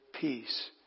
peace